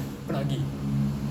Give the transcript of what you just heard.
aku nak gi